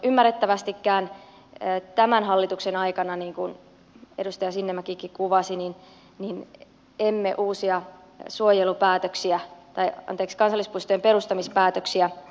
ymmärrettävästikään tämän hallituksen aikana niin kuin edustaja sinnemäkikin kuvasi emme uusia kansallispuistojen perustamispäätöksiä ne